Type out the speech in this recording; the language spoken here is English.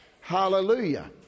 Hallelujah